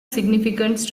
significance